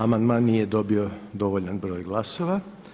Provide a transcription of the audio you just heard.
Amandman nije dobio dovoljan broj glasova.